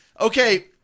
Okay